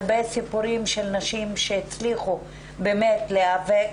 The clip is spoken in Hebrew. הרבה סיפורים של נשים שהצליחו באמת להיאבק,